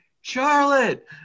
charlotte